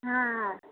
हाँ